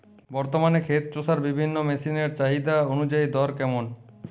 বর্তমানে ক্ষেত চষার বিভিন্ন মেশিন এর চাহিদা অনুযায়ী দর কেমন?